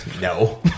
No